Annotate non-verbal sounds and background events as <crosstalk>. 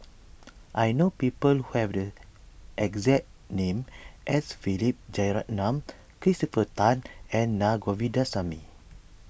<noise> I know people who have the exact name as Philip Jeyaretnam Christopher Tan and Naa Govindasamy